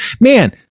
Man